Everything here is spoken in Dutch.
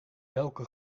welke